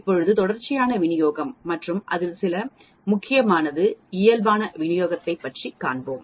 இப்போது தொடர்ச்சியான விநியோகம் மற்றும் அதில் மிக முக்கியமானது இயல்பான விநியோகம் பற்றி காண்போம்